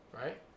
Right